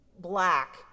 black